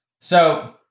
so-